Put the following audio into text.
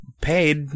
paid